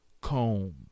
Combs